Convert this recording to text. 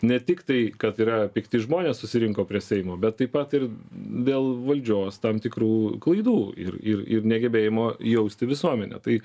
ne tiktai kad yra pikti žmonės susirinko prie seimo bet taip pat ir dėl valdžios tam tikrų klaidų ir ir ir negebėjimo jausti visuomenę tai